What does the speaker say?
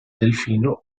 delfino